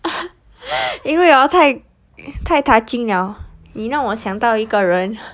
因为 orh 太太 touching liao 你让我想到一个人